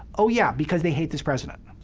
oh, yeah, because they hate this president,